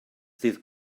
ddydd